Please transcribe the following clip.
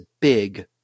big